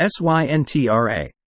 SYNTRA